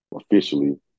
officially